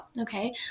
okay